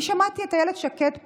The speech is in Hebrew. אני שמעתי את אילת שקד פה,